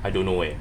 I don't know eh